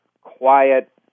quiet